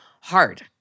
hard